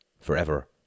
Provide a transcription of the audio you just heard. forever